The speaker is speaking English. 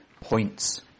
points